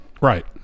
Right